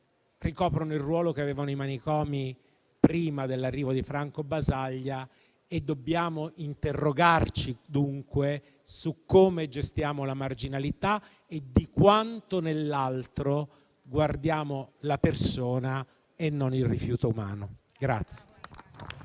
ricoprono il ruolo che avevano i manicomi prima dell'arrivo di Franco Basaglia. E dobbiamo interrogarci, dunque, su come gestiamo la marginalità e di quanto nell'altro guardiamo la persona e non il rifiuto umano.